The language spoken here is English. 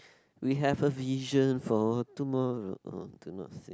we have a vision for tomorrow orh do not sing